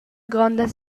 gronda